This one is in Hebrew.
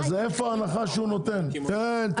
אז איפה ההנחה שהוא נותן?- - ברור.